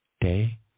day